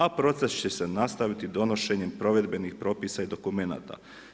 A proces će se nastaviti donošenjem provedbenih propisa i dokumenata.